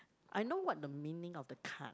I know what the meaning of the card